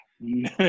No